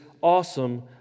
awesome